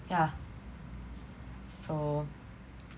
yeah so